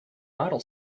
model